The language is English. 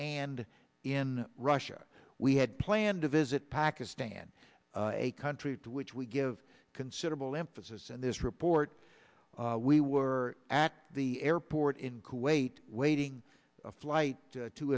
and in russia we had planned to visit pakistan a country to which we give considerable emphasis and this report we were at the airport in kuwait waiting a flight to